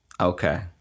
Okay